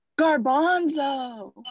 Garbanzo